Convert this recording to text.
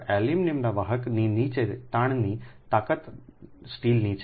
એલ્યુમિનિયમના વાહકની નીચી તાણની તાકાત સ્ટીલના છે